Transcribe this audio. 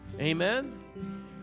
Amen